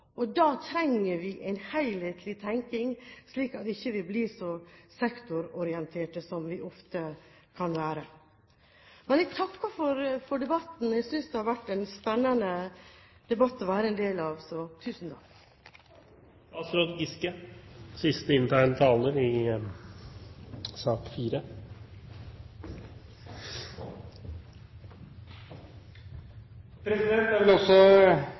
og da trenger vi en helhetlig tenkning, slik at vi ikke blir så sektororienterte som vi ofte kan være. Men jeg takker for debatten. Jeg synes det har vært en spennende debatt å ta del i, så tusen takk! Jeg vil også, som interpellanten, takke for en god debatt. Jeg